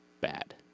bad